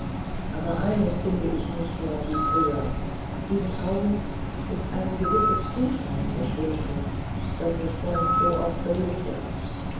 aber eines finde ich nicht mehr wie früher aus diesen augen ist ein gewisses zutrauen verschwunden das mich sonst so oft beglückte